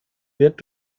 wird